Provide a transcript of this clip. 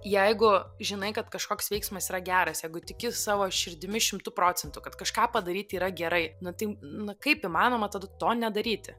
jeigu žinai kad kažkoks veiksmas yra geras jeigu tiki savo širdimi šimtu procentų kad kažką padaryti yra gerai na tai na kaip įmanoma tada to nedaryti